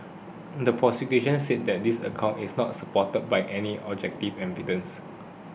the prosecution says this account is not supported by any objective evidence